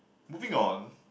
moving on